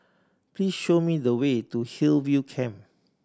please show me the way to Hillview Camp